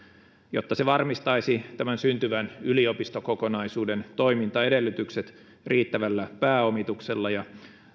jotta se varmistaisi tämän syntyvän yliopistokokonaisuuden toimintaedellytykset riittävällä pääomituksella ja